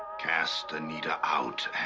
cast anita out